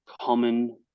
common